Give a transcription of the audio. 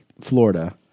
Florida